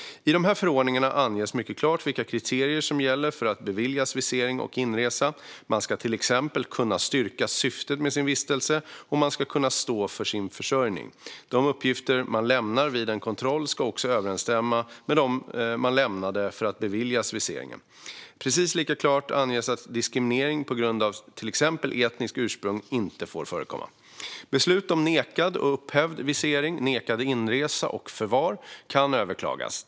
I de här förordningarna anges mycket klart vilka kriterier som gäller för att beviljas visering och inresa. Man ska till exempel kunna styrka syftet med sin vistelse, och man ska kunna stå för sin försörjning. De uppgifter man lämnar vid en kontroll ska också överensstämma med dem man lämnade för att beviljas viseringen. Precis lika klart anges att diskriminering på grund av till exempel etniskt ursprung inte får förekomma. Beslut om nekad eller upphävd visering, nekad inresa och förvar kan överklagas.